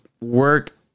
work